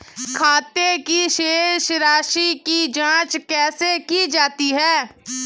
खाते की शेष राशी की जांच कैसे की जाती है?